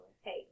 Hey